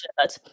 shirt